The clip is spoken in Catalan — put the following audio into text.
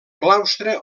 claustre